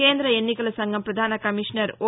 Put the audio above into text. కేంద్ర ఎన్నికల సంఘం పధాన కమీషనర్ ఓ